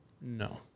No